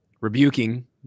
rebuking